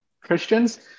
Christians